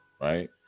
right